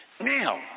Now